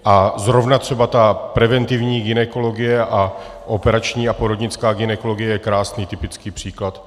A zrovna třeba ta preventivní gynekologie a operační a porodnická gynekologie je krásný typický příklad.